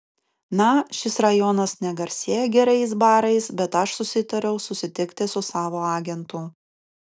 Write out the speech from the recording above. na šis rajonas negarsėja gerais barais bet aš susitariau susitikti su savo agentu